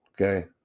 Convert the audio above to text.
Okay